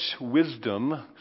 wisdom